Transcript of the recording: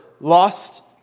lost